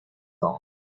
gold